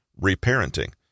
reparenting